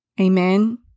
Amen